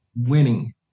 winning